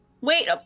wait